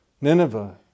Nineveh